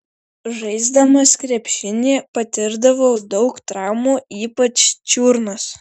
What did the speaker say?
žaisdamas krepšinį patirdavau daug traumų ypač čiurnos